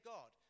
God